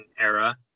era